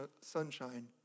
sunshine